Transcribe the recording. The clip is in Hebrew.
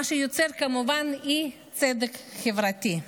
מה שיוצר כמובן אי-צדק חברתי.